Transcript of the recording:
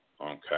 Okay